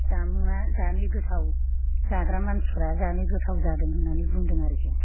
जामुंआ जानो गोथाव जाग्रा मानसिफ्रा जानो गोथाव जादों होन्नानै बुंदों आरोखि